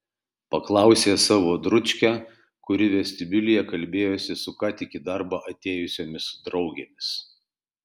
paklausė savo dručkę kuri vestibiulyje kalbėjosi su ką tik į darbą atėjusiomis draugėmis